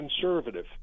conservative